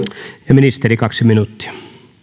ministeri kaksi minuuttia arvoisa